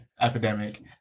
epidemic